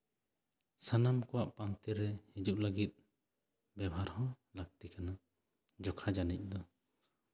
ᱥᱟᱱᱟᱢ ᱠᱚᱣᱟᱜ ᱯᱟᱱᱛᱮ ᱨᱮ ᱦᱤᱡᱩᱜ ᱞᱟᱹᱜᱤᱫ ᱵᱮᱵᱚᱦᱟᱨ ᱦᱚᱸ ᱞᱟᱹᱠᱛᱤ ᱠᱟᱱᱟ ᱡᱚᱠᱷᱟ ᱡᱟᱹᱱᱤᱡ